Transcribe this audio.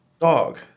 Dog